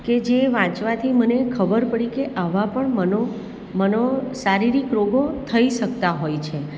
કે જે વાંચવાથી મને ખબર પડી કે આવા પણ મનો મનો શારીરિક રોગો થઇ શકતા હોય છે